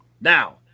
Now